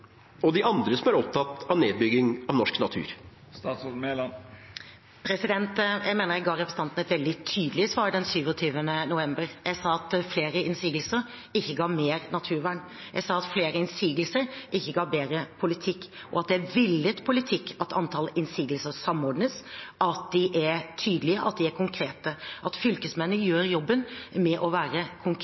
og de andre som er opptatt av nedbygging av norsk natur? Jeg mener jeg ga representanten Nævra et veldig tydelig svar den 27. november. Jeg sa at flere innsigelser ikke ga mer naturvern. Jeg sa at flere innsigelser ikke ga bedre politikk, og at det er villet politikk at antall innsigelser samordnes, at de er tydelige, og at de er konkrete, og at fylkesmennene gjør jobben med å være